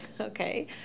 Okay